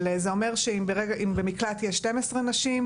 אבל זה אומר שאם במקלט יש 12 נשים,